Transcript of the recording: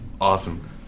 Awesome